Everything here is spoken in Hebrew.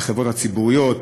בחברות הציבוריות,